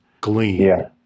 glean